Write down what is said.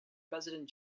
president